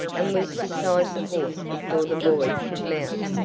and was beside the horse before the boy could mount.